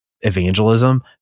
evangelism